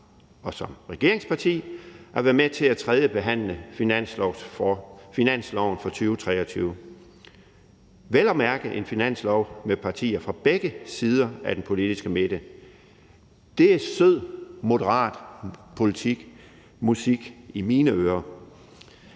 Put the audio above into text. af et regeringsparti at være med til at tredjebehandle finansloven for 2023 – vel at mærke en finanslov med partier fra begge sider af den politiske midte. Det er sød moderat politik-musik i mine ører.